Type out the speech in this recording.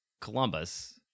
Columbus